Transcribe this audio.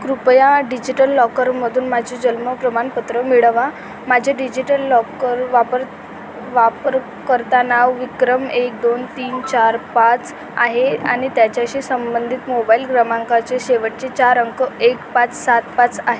कृपया डिजिटल लॉकरमधून माझे जन्म प्रमाणपत्र मिळवा माझे डिजिटल लॉकर वापर वापरकर्ता नाव विक्रम एक दोन तीन चार पाच आहे आणि त्याच्याशी संबंधित मोबाईल क्रमांकाचे शेवटचे चार अंक एक पाच सात पाच आहे